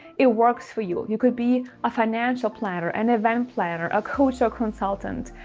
it works for you. you could be a financial planner, an event planner, a coach, or consultant,